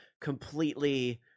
completely